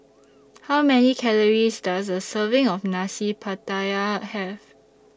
How Many Calories Does A Serving of Nasi Pattaya Have